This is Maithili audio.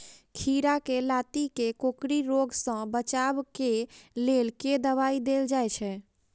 खीरा केँ लाती केँ कोकरी रोग सऽ बचाब केँ लेल केँ दवाई देल जाय छैय?